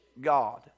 God